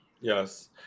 Yes